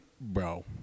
bro